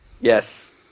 Yes